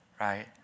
right